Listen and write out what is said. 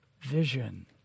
vision